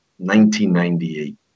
1998